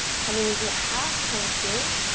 coming into a half plank here.